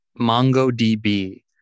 MongoDB